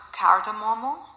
cardamom